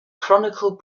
chronicle